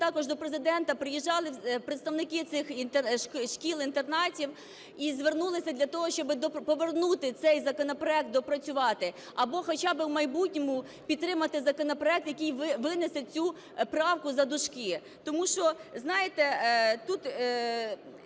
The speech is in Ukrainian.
також до Президента, приїжджали представники цих шкіл-інтернатів і звернулись для того, щоб повернути цей законопроект допрацювати або хоча би в майбутньому підтримати законопроект, який винесе цю правку за дужки. Тому що, знаєте, тут